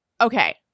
Okay